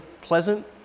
pleasant